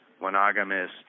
monogamous